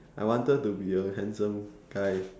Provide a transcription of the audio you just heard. I wanted to be a handsome guy